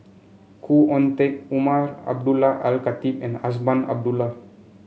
Khoo Oon Teik Umar Abdullah Al Khatib and Azman Abdullah